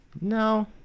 No